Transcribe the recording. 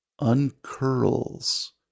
uncurls